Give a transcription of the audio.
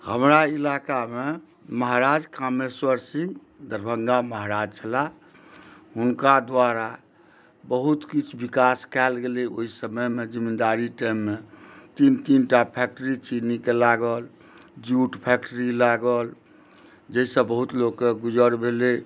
हमरा इलाकामे महाराज कामेश्वर सिंह दरभङ्गा महाराज छलाह हुनका द्वारा बहुत किछु विकास कयल गेलै ओहि समयमे जमींदारी टाइममे तीन तीनटा फैक्ट्री चीनीके लागल जूट फैक्ट्री लागल जाहिसँ बहुत लोकके गुजर भेलै